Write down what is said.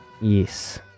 Yes